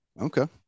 Okay